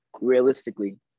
realistically